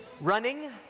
Running